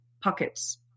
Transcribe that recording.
pockets